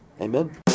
Amen